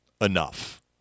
enough